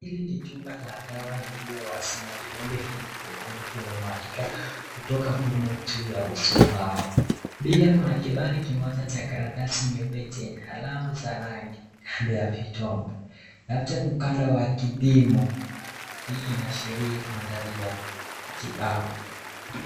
Hili ni chupa la dawa iliyo wazi na vidonge vingi nyekundu vimemwagika kutoka kule juu ya uzumba hao, pia Kuna kipani kimoja cha karatasi jeusi yenye alama za rangi kando ya vitoke, labda ni Uganda wa kidimo hii inaashiria madgari ya kibao.